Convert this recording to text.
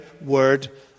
Word